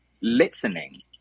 listening